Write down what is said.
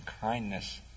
kindness